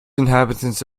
inhabitants